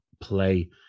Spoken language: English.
play